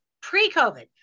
pre-COVID